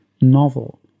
novel